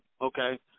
Okay